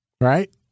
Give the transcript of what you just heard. right